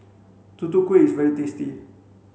tutu kueh is very tasty